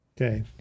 Okay